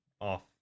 off